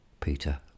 Peter